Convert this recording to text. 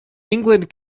england